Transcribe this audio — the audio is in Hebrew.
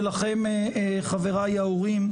ולכם חבריי ההורים,